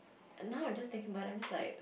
now I'm just thinking about it I'm just like